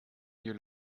you